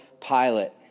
Pilate